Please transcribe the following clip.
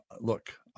Look